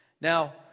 Now